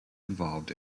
involved